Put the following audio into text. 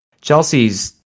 Chelsea's